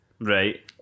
Right